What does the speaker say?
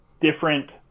different